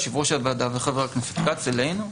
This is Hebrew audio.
יושב-ראש הוועדה וחה"כ כץ אלינו,